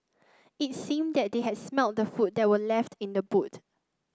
it seemed that they had smelt the food that were left in the boot